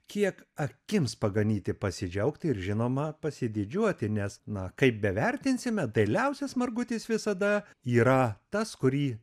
kiek akims paganyti pasidžiaugti ir žinoma pasididžiuoti nes na kaip bevertinsime dailiausias margutis visada yra tas kurį